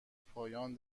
پایان